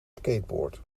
skateboard